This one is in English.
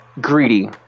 greedy